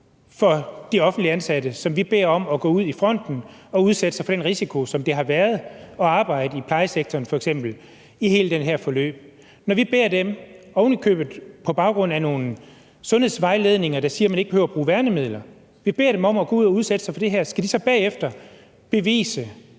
for de offentligt ansatte, som vi beder om at gå ud i fronten og udsætte sig for den risiko, som det har været at arbejde i f.eks. plejesektoren i hele det her forløb – ovenikøbet på baggrund af nogle sundhedsvejledninger, der siger, at man ikke behøver at bruge værnemidler. Vi beder dem om at gå ud at udsætte sig for det her. Skal de så bagefter bevise,